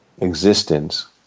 existence